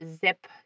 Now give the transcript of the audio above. zip